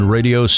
Radio